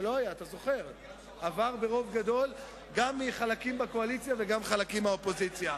זה עבר ברוב גדול גם של חלקים בקואליציה וגם של חלקים מהאופוזיציה.